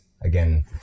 Again